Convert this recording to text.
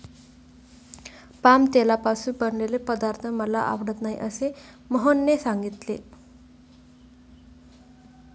palm तेलापासून बनवलेले पदार्थ मला आवडत नाहीत असे मोहनने सांगितले